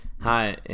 hi